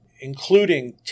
including